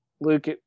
Luke